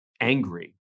angry